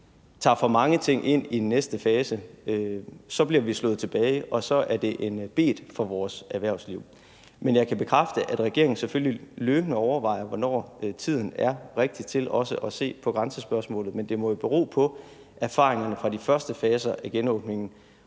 tager for mange ting ind i den næste fase, så bliver vi slået tilbage, og så er det en bet for vores erhvervsliv. Men jeg kan bekræfte, at regeringen selvfølgelig løbende overvejer, hvornår tiden er rigtig til også at se på grænsespørgsmålet. Men det må jo bero på erfaringerne fra de første faser af genåbningen,